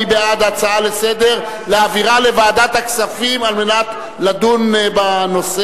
מי בעד העברת ההצעה לסדר-היום לוועדת הכספים על מנת לדון בנושא?